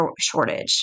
shortage